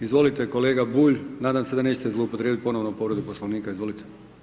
Izvolite, kolega Bulj, nadam se da neće zloupotrijebiti ponovno povredu Poslovnika, izvolite.